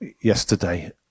yesterday